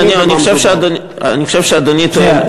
אני חושב שאדוני טועה.